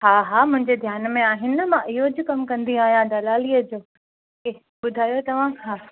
हा हा मुंहिंजे ध्यान में आहिनि न मां इहो ज कमु कंदी आहियां दलालीअ जो बुधायो तव्हां हा